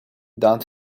down